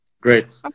Great